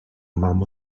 mam